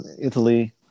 Italy